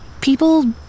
people